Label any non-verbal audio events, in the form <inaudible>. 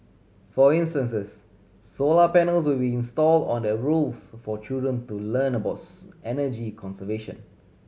for instances solar panels will be installed on the roofs for children to learn about <unintelligible> energy conservation